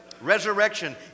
resurrection